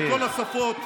בכל השפות,